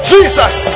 Jesus